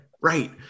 right